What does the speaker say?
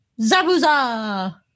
Zabuza